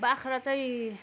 बाख्रा चाहिँ